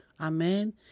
Amen